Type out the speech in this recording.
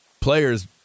Players